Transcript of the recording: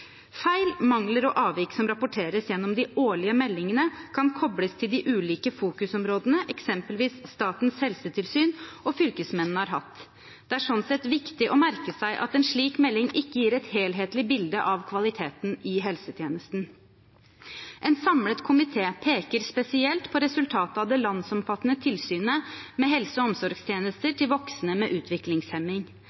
Feil, mangler og avvik som rapporteres gjennom de årlige meldingene, kan kobles til de ulike fokusområdene som f.eks. Statens helsetilsyn og fylkesmennene har hatt. Det er sånn sett viktig å merke seg at en slik melding ikke gir et helhetlig bilde av kvaliteten i helsetjenesten. En samlet komité peker spesielt på resultatet av det landsomfattende tilsynet med helse- og omsorgstjenester